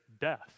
death